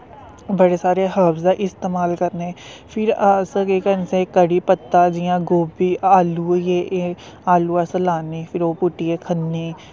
बड़े सारे हर्वस दा इस्तेमाल करने फिर असें केह् करना चाहिदा कढ़ी पत्ता जि'यां गोबी आलू होई गे आलू अस लान्ने फिर ओह् पुट्टियै खन्ने